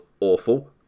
awful